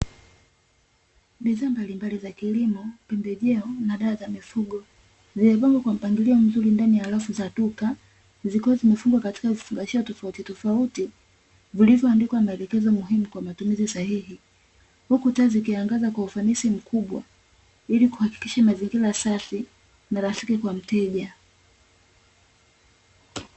Bidhaa mbalimbali za kilimo, pembejeo, na dawa za mifugo. Zimepangwa kwa mpangilio mzuri ndani ya rafu za duka zikiwa zimefungwa katika vifungashio tofautitofauti vilivyoandikwa maelekezo muhimu kwa matumizi sahihi. Huku taa zikiangaza kwa ufanisi mkubwa, ili kuhakikisha mazingira safi na rafiki kwa mteja.